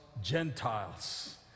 Gentiles